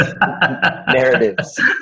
Narratives